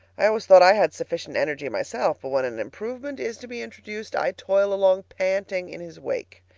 i always thought i had sufficient energy myself, but when an improvement is to be introduced, i toil along panting in his wake.